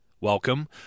welcome